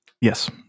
Yes